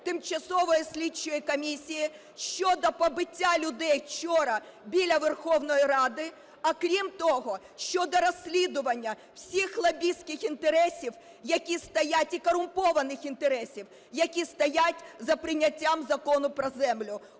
тимчасової слідчої комісії щодо побиття людей вчора біля Верховної Ради, а крім того, щодо розслідування всіх лобістських інтересів, які стоять, і корумпованих інтересів, які стоять за прийняттям Закону про землю.